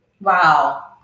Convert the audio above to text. Wow